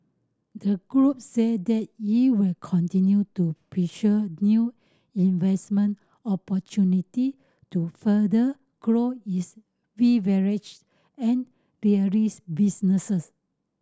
the group said that it will continue to pursue new investment opportunity to further grow its beverage and dairies businesses